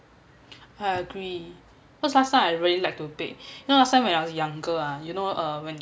I agree because last time I really like to bake you know last time when I was younger ah you know uh when